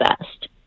best